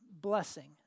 blessing